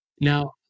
now